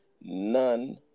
none